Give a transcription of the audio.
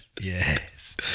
Yes